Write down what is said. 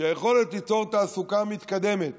שהיכולת ליצור תעסוקה מתקדמת